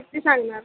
किती सांगणार